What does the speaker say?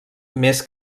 més